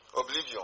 Oblivion